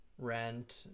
Rent